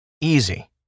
easy